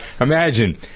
Imagine